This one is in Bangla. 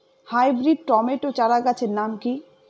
হাইব্রিড টমেটো চারাগাছের নাম কি?